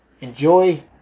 Enjoy